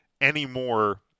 anymore